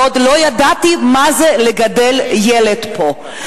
ועוד לא ידעתי מה זה לגדל ילד פה.